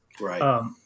Right